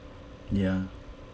ya